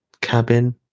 Cabin